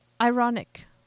ironic